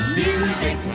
music